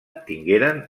tingueren